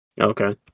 Okay